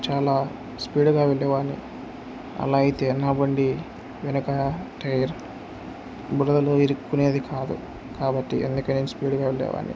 చాలా స్పీడ్గా వెళ్ళేవాన్ని అలా అయితే నా బండి వెనుక టైర్ బురదలో ఇరుక్కునేది కాదు కాబట్టి ఎందుకని నేను స్పీడ్గా వెళ్ళేవాన్ని